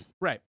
Right